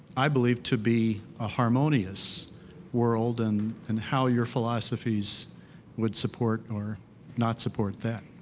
i believe to be a harmonious world, and and how your philosophies would support or not support that